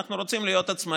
אנחנו רוצים להיות עצמאיים,